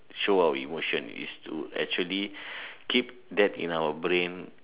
show our emotion is to actually keep that in our brain